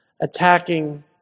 attacking